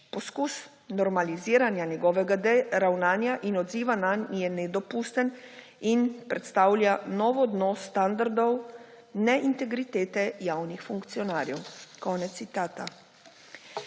Poskus normaliziranja njegovega ravnanja in odziva nanj je nedopusten in predstavlja nov odnos standardov (ne)integritete javnih funkcionarjev.«